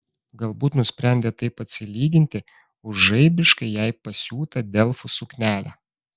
galbūt nusprendė taip atsilyginti už žaibiškai jai pasiūtą delfų suknelę